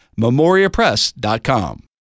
memoriapress.com